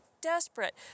desperate